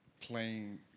playing